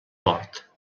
mort